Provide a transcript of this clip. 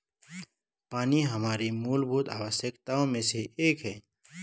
पानी हमारे मूलभूत आवश्यकताओं में से एक है